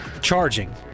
charging